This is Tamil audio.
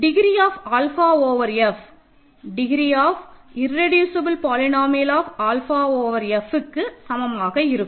degree of alpha over F degree of irreducible polynomial of alpha over Fஇக்கு சமமாக இருக்கும்